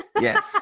Yes